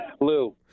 Lou